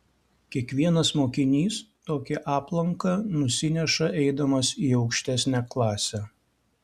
kiekvienas mokinys tokį aplanką nusineša eidamas į aukštesnę klasę